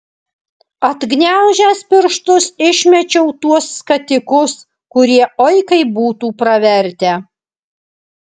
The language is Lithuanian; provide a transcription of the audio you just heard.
atgniaužęs pirštus išmečiau tuos skatikus kurie oi kaip būtų pravertę